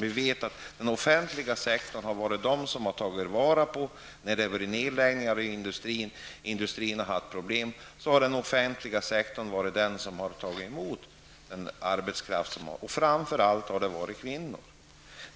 Vi vet att den offentliga sektorn har tagit emot arbetskraft, framför allt kvinnor, när det varit neddragningar och när industrin har haft problem.